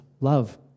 Love